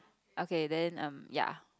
okay then um ya